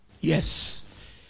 Yes